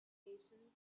elevations